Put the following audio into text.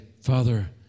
father